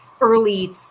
early